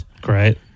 great